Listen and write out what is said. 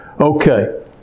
Okay